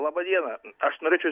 laba diena aš norėčiau